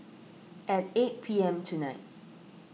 at eight P M tonight